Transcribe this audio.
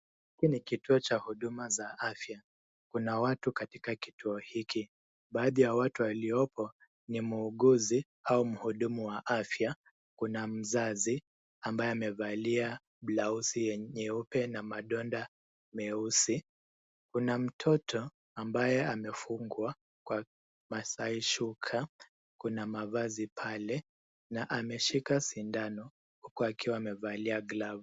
Hii ni kituo cha huduma za afya. Kuna watu katika kituo hiki. Baadhi ya watu waliopo ni muuguzi au mhudumu wa afya na mzazi ambaye amevalia blausi nyeupe na madonda meusi. Kuna mtoto ambaye amefungwa kwa maasai shuka. Kuna mavazi pale na ameshika sindano huku akiwa amevalia glavu.